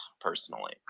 personally